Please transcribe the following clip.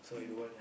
mm